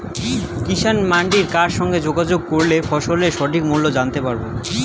কিষান মান্ডির কার সঙ্গে যোগাযোগ করলে ফসলের সঠিক মূল্য জানতে পারবো?